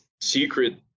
secret